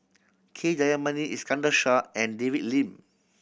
K Jayamani Iskandar Shah and David Lim